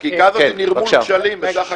החקיקה הזאת היא נרמול כשלים בסך הכול.